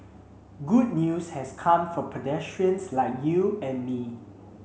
good news has come for pedestrians like you and me